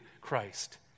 Christ